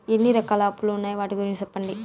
ఎన్ని రకాల అప్పులు ఉన్నాయి? వాటి గురించి సెప్పండి?